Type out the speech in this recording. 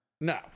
No